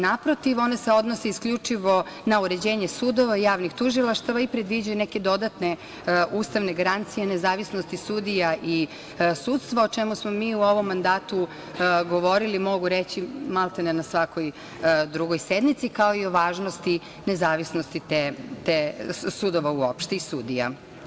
Naprotiv, one se odnose isključivo na uređenje sudova, javnih tužilaštava i predviđaju neke dodatne ustavne garancije, nezavisnosti sudija i sudstva, o čemu smo mi u ovom mandatu govorili, mogu reći, malte ne na svakoj drugoj sednici, kao i o važnosti nezavisnosti sudova u opšte i sudija.